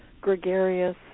gregarious